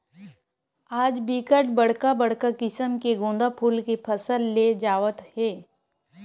आज बिकट बड़का बड़का किसम के गोंदा फूल के फसल ले जावत हे